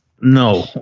No